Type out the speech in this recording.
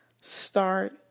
Start